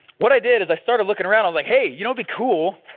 what i did is i started looking around like, hey, you know, be cool.